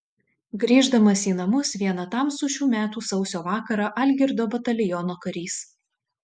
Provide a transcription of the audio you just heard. grįždamas į namus vieną tamsų šių metų sausio vakarą algirdo bataliono karys